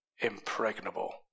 impregnable